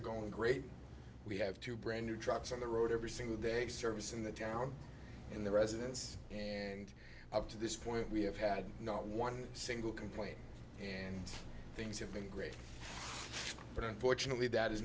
are going great we have two brand new trucks on the road every single day service in the town and the residents up to this point we have had not one single complaint and things of that great but unfortunately that is